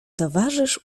towarzysz